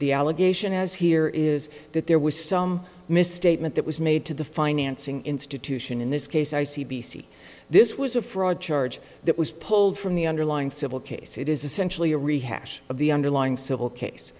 the allegation has here is that there was some misstatement that was made to the financing institution in this case i c c this was a fraud charge that was pulled from the underlying civil case it is essentially a rehash of the underlying civil case